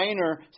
minor